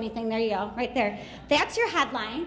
anything there you go right there that's your headline